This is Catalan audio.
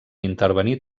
intervenir